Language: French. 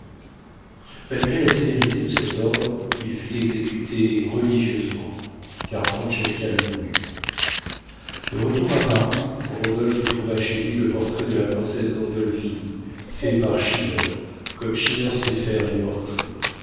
malgré la sévérité de cet ordre il fut exécuté religieusement car francesca le voulut de retour à paris rodolphe trouva chez lui le portrait de la princesse gandolphini fait par schinner comme schinner sait faire les portraits